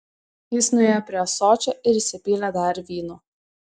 jis nuėjo prie ąsočio ir įsipylė dar vyno